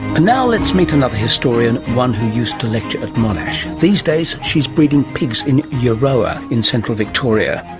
but now let's meet another historian, one who used to lecture at monash. these days she is breeding pigs in euroa in central victoria,